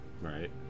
Right